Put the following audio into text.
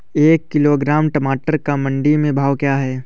एक किलोग्राम टमाटर का मंडी में भाव क्या है?